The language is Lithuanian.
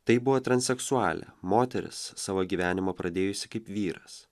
tai buvo transseksualė moteris savo gyvenimą pradėjusi kaip vyras